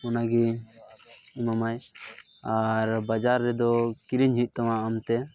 ᱚᱱᱟᱜᱮ ᱮᱢᱟᱢᱟᱭ ᱟᱨ ᱵᱟᱡᱟᱨ ᱨᱮᱫᱚ ᱠᱤᱨᱤᱧ ᱦᱩᱭᱩᱜ ᱛᱟᱢᱟ ᱟᱢ ᱛᱮ